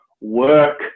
work